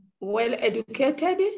well-educated